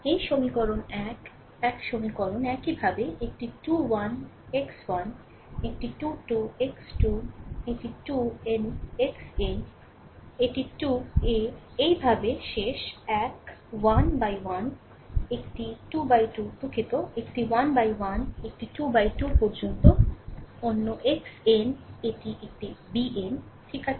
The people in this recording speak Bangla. এই সমীকরণ 1 এক সমীকরণ একইভাবে একটি 21 x1 একটি 2 2 x 2 একটি 2 n xn এটি 2 এ একইভাবে শেষ এক 1 x 1 একটি 2 x 2 দুঃখিত একটি 1 x 1 একটি 2 x 2 পর্যন্ত অন xn এটি একটি bn ঠিক আছে